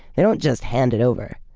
they don't just hand it over.